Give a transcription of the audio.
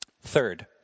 Third